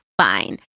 fine